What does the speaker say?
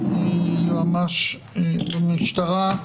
מיועמ"ש המשטרה,